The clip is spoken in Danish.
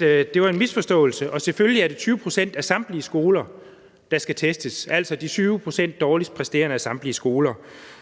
det var en misforståelse, og at det selvfølgelig er 20 pct. af samtlige skoler, der skal testes, altså de 20 pct. dårligst præsterende af samtlige skoler.